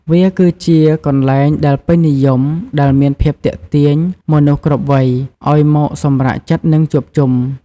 វាគឺជាកន្លែងដែលពេញនិយមដែលមានភាពទាក់ទាញមនុស្សគ្រប់វ័យ ឱ្យមកសម្រាកចិត្ត និងជួបជុំ។